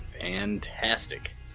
fantastic